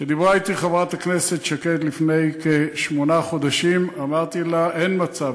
כשדיברה אתי חברת הכנסת שקד לפני כשמונה חודשים אמרתי לה: אין מצב.